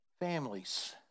families